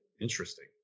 Interesting